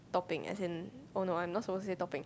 topping as in oh no I'm not supposed to say topping